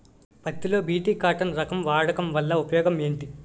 పత్తి లో BT cotton రకం వాడకం వల్ల ఉపయోగం ఏమిటి?